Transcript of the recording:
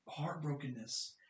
heartbrokenness